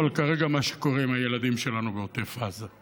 אבל כרגע במה שקורה עם הילדים שלנו בעוטף עזה.